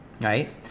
right